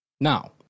now